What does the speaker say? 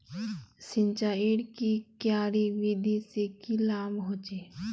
सिंचाईर की क्यारी विधि से की लाभ होचे?